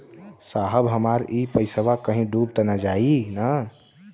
साहब हमार इ पइसवा कहि डूब त ना जाई न?